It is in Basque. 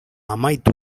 amaitu